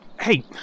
Hey